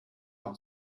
auch